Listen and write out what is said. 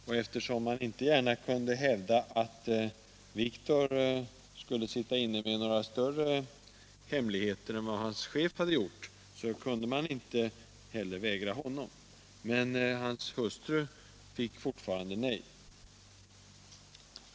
Och eftersom man inte gärna kunde hävda att Viktor skulle sitta inne med större hemligheter än hans chef hade gjort kunde man inte heller vägra honom utresevisum. Men hans hustru fick fortfarande nej.